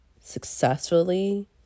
successfully